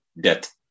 Death